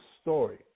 story